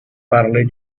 parle